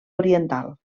oriental